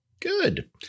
Good